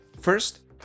First